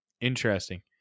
Interesting